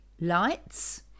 lights